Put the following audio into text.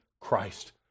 Christ